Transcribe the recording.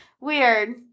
Weird